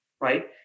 Right